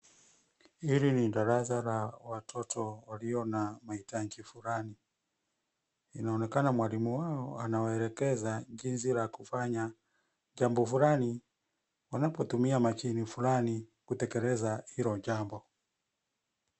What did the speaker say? Hili ni darasa la watoto walio na mahitaji fulani. Inaonekana mwalimu wao anawaelekeza jinsi ya kufanya jambo fulani wanapotumia mashine fulani ili kutekeleza hilo jambo.